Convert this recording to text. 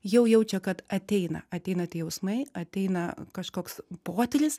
jau jaučia kad ateina ateina tie jausmai ateina kažkoks potyris